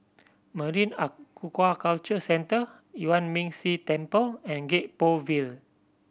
Marine Aquaculture Centre Yuan Ming Si Temple and Gek Poh Ville